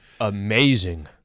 amazing